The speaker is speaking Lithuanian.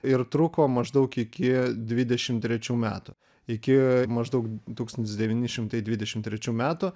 ir truko maždaug iki dvidešim trečių metų iki maždaug tūkstantis devyni šimtai dvidešim trečių metų